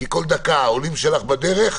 כי כל דקה העולים שלך בדרך,